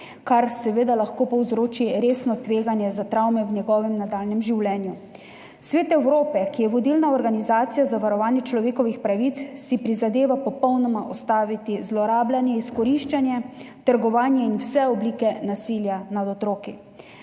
kar seveda lahko povzroči resno tveganje za travme v njegovem nadaljnjem življenju. Svet Evrope, ki je vodilna organizacija za varovanje človekovih pravic, si prizadeva popolnoma ustaviti zlorabljanje, izkoriščanje, trgovanje in vse oblike nasilja nad otroki.